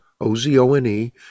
O-Z-O-N-E